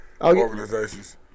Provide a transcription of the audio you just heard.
organizations